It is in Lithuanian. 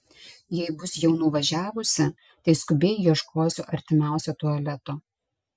jei bus jau nuvažiavusi tai skubiai ieškosiu artimiausio tualeto